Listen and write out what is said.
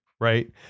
Right